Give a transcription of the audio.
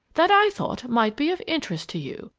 that i thought might be of interest to you,